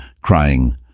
crying